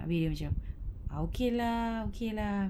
habis macam ah okay lah okay lah